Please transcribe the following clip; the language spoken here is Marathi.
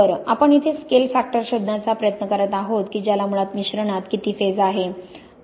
बरं आपण येथे स्केल फॅक्टर शोधण्याचा प्रयत्न करत आहोत की ज्याला मुळात मिश्रणात किती फेज आहे